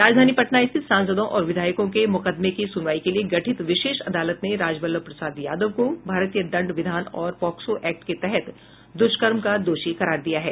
राजधानी पटना स्थित सांसदों और विधायकों के मुकदमे की सुनवाई के लिए गठित विशेष अदालत ने राजवल्लभ प्रसाद यादव को भारतीय दंड विधान और पॉक्सो ऐक्ट के तहत द्वष्कर्म का दोषी करार दिया है